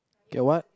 get what